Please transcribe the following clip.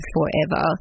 Forever